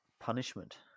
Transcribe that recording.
punishment